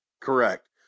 Correct